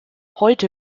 heute